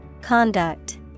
Conduct